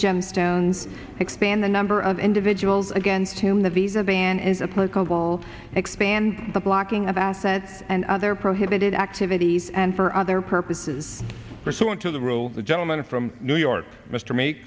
gemstones expand the number of individuals against whom the visa than is a political will expand the blocking of assets and other prohibited activities and for other purposes pursuant to the rule the gentleman from new york mr me